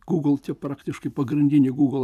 gugl praktiškai pagrindiniai gugl